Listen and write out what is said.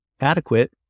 adequate